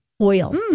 oil